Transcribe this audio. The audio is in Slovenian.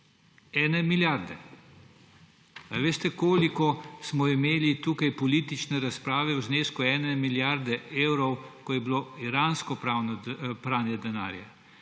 1 milijarde. Veste, koliko smo imeli tukaj politične razprave o znesku 1 milijarda evrov, ko je bilo iransko pranje denarja?